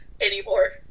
anymore